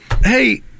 hey